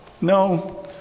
No